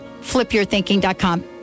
FlipYourThinking.com